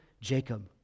Jacob